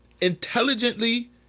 Intelligently